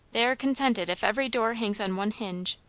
they are consented if every door hangs on one hinge.